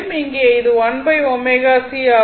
இங்கே இது 1ω c ஆகும்